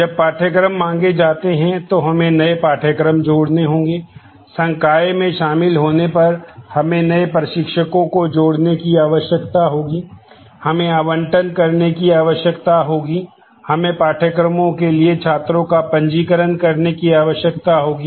जब पाठ्यक्रम मांगे जाते हैं तो हमें नए पाठ्यक्रम जोड़ने होंगे संकाय में शामिल होने पर हमें नए प्रशिक्षकों को जोड़ने की आवश्यकता होगी हमें आवंटन करने की आवश्यकता होगी हमें पाठ्यक्रमों के लिए छात्रों का पंजीकरण करने की आवश्यकता होगी